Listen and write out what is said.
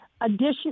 additional